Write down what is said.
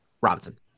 Robinson